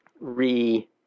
re-